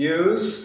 use